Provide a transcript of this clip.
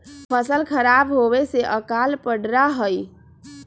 फसल खराब होवे से अकाल पडड़ा हई